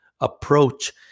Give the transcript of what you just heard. approach